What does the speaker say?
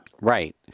right